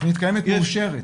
תכנית קיימת מאושרת.